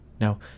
Now